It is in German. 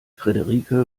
frederike